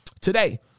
today